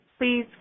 Please